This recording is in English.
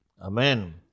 Amen